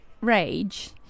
rage